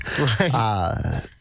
Right